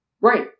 right